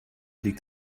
liegt